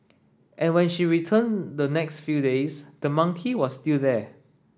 and when she returned the next few days the monkey was still there